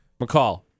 McCall